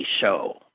show